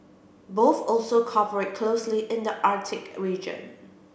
both also cooperate closely in the Arctic region